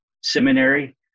seminary